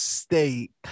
state